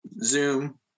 Zoom